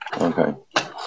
Okay